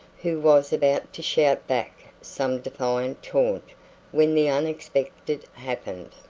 who was about to shout back some defiant taunt when the unexpected happened.